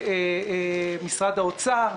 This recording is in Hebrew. משרד האוצר,